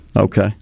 Okay